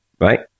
right